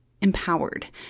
empowered